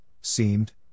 seemed